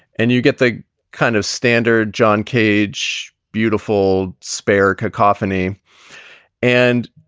and you get the kind of standard. john cage, beautiful spare cacophony and.